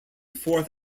fourth